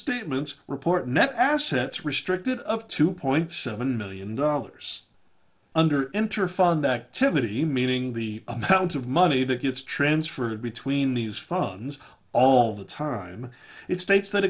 statements report net assets restricted of two point seven million dollars under enter fund activity meaning the amount of money that gets transferred between these phones all the time it states that